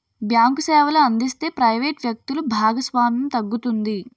bank సేవలు అందిస్తే private వ్యక్తులు భాగస్వామ్యం తగ్గుతుంది